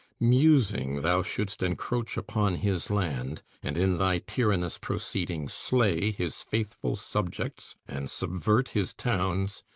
musing thou shouldst encroach upon his land, and in thy tyranous proceeding slay his faithful subjects and subvert his towns,